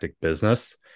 business